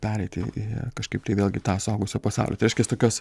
pereiti į kažkaip tai vėlgi tą suaugusio pasaulį tai reiškias tokios